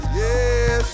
yes